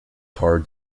tar